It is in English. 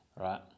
right